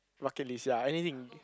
luckily sia anything